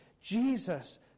Jesus